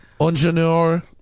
engineer